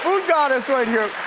foodgoddess right here!